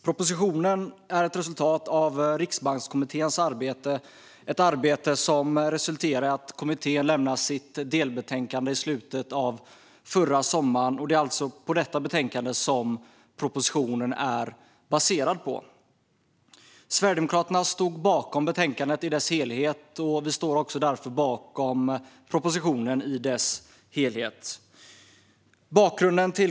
Propositionen är ett resultat av Riksbankskommitténs arbete, som resulterade i att kommittén lämnade sitt delbetänkande i slutet av förra sommaren. Det är det betänkandet propositionen är baserad på. Sverigedemokraterna stod bakom betänkandet i dess helhet och står därför också bakom propositionen i dess helhet.